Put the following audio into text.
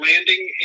landing